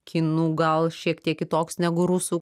kinų gal šiek tiek kitoks negu rusų